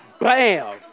Bam